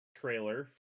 trailer